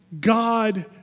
God